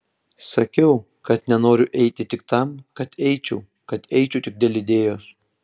sakiau kad nenoriu eiti tik tam kad eičiau kad eičiau tik dėl idėjos